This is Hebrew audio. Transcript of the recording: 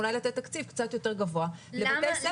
אולי לתת תקציב קצת יותר גבוה לבתי ספר,